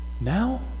now